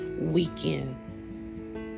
weekend